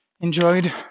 enjoyed